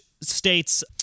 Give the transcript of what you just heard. states